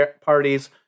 parties